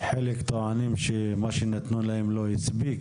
חלק טוענים שמה שנתנו להם לא הספיק,